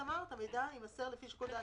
את אמרת שהמידע יימסר לפי שיקול דעתם".